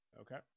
Okay